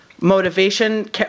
motivation